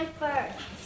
first